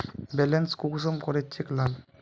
Balance कुंसम check करे लाल?